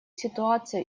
ситуацию